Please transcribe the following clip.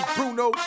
Bruno